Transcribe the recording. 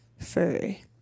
furry